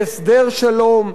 בהסדר שלום,